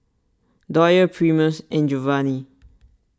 Doyle Primus and Jovanny